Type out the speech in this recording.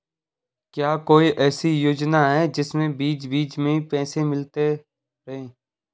क्या कोई ऐसी योजना है जिसमें बीच बीच में पैसा मिलता रहे?